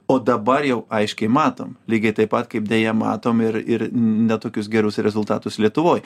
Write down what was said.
o dabar jau aiškiai matom lygiai taip pat kaip deja matom ir ir ne tokius gerus rezultatus lietuvoj